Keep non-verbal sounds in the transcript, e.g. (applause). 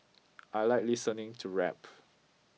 I like listening to rap (noise)